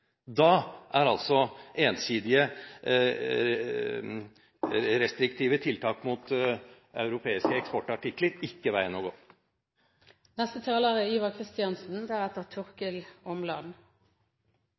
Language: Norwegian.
Da er ensidige, restriktive tiltak mot europeiske eksportartikler ikke veien å